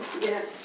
Yes